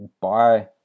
bye